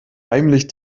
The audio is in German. heimlich